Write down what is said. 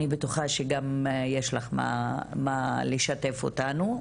אני בטוחה שגם יש לך מה לשתף אותנו.